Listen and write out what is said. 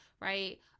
right